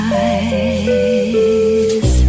eyes